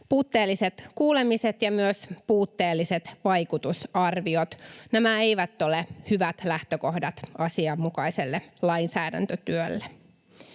Puutteelliset kuulemiset ja myös puutteelliset vaikutusarviot — nämä eivät ole hyvät lähtökohdat asianmukaiselle lainsäädäntötyölle.